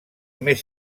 més